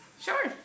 Sure